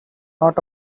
not